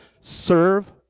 serve